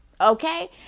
Okay